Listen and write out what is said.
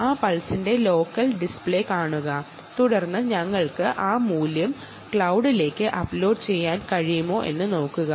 ആ പൾസിന്റെ local display ശ്രദ്ധിക്കുക തുടർന്ന് ആ വാല്യു ക്ലൌഡിലേക്ക് അപ്ലോഡ് ചെയ്യാൻ കഴിയുമോ എന്ന് നോക്കുക